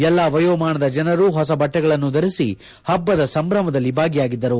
ಎಲ್ಲಾ ವಯೋಮಾನದ ಜನರು ಹೊಸ ಬಟ್ಟೆಗಳನ್ನು ಧರಿಸಿ ಹಬ್ಬದ ಸಂಭ್ರಮದಲ್ಲಿ ಭಾಗಿಯಾಗಿದ್ದರು